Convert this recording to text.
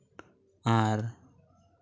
ᱟᱨ